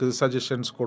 suggestions